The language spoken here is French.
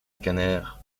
scanner